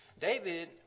David